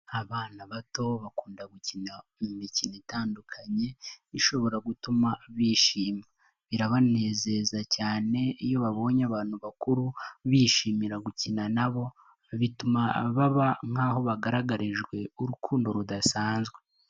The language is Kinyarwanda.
Abana bato bakunda gukina imikino itandukanye ishobora gutuma bishima. Birabanezeza cyane iyo babonye abantu bakuru bishimira gukina, nabo bituma baba nk'aho bagaragarijwe urukundo rudasanzwe.